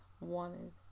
wanted